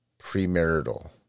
premarital